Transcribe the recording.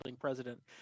president